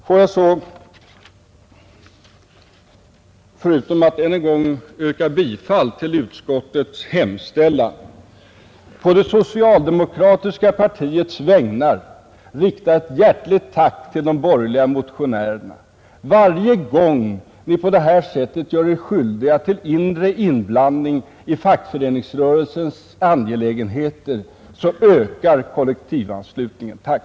Får jag så, förutom att än en gång yrka bifall till utskottets hemställan, på det socialdemokratiska partiets vägnar rikta ett hjärtligt tack till de borgerliga motionärerna! Varje gång ni på det här sättet gör er skyldiga till inblandning i fackföreningsrörelsens inre angelägenheter ökar kollektivanslutningen. Tack!